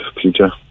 future